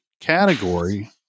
category